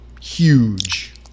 huge